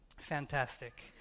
fantastic